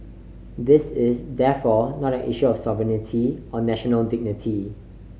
this is therefore not an issue of sovereignty or national dignity